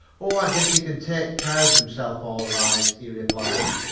oh, i guess he can take care of himself all right, he replied.